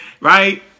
right